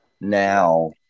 now